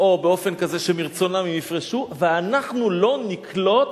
או באופן כזה שמרצונם הם יפרשו, ואנחנו לא נקלוט